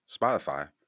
Spotify